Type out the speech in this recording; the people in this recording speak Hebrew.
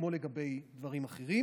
כמו לגבי דברים אחרים,